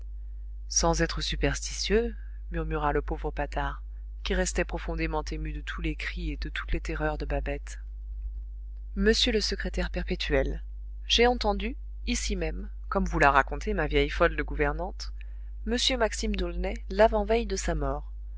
sans être superstitieux murmura le pauvre patard qui restait profondément ému de tous les cris et de toutes les terreurs de babette monsieur le secrétaire perpétuel j'ai entendu ici même comme vous l'a raconté ma vieille folle de gouvernante m maxime d'aulnay l'avant-veille de sa mort